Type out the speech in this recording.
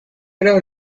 alors